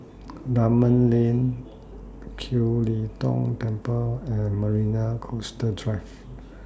Dunman Lane Kiew Lee Tong Temple and Marina Coastal Drive